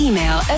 Email